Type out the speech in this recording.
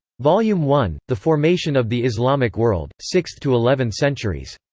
volume one the formation of the islamic world, sixth to eleventh centuries.